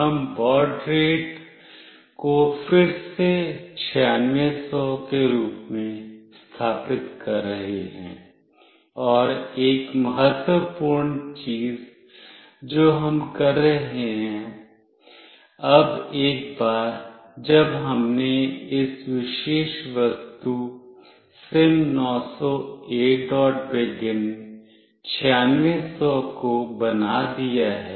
हम baud rate को फिर से 9600 के रूप में स्थापित कर रहे हैं और एक महत्वपूर्ण चीज जो हम कर रहे हैं अब एक बार जब हमने इस विशेष वस्तु SIM900Abegin को बना दिया है